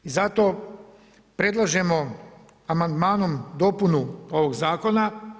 I zato, predlažemo amandmanom, dopunu ovog zakona.